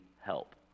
help